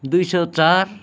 दुई सौ चार